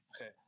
Okay